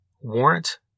Warrant